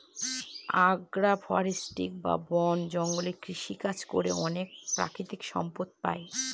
আগ্র ফরেষ্ট্রী বা বন জঙ্গলে কৃষিকাজ করে অনেক প্রাকৃতিক সম্পদ পাই